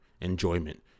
enjoyment